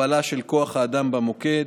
הכפלה של כוח האדם במוקד,